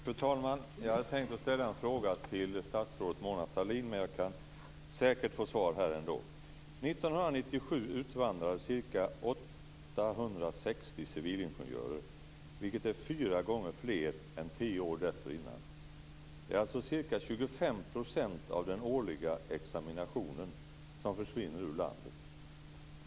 Fru talman! Jag hade tänkt ställa en fråga till statsrådet Mona Sahlin, men jag kan säkert få svar här ändå. År 1997 utvandrade ca 860 civilingenjörer, vilket är fyra gånger fler än tio år dessförinnan. Det är alltså ca 25 % av den årliga examinationen som försvinner ut ur landet.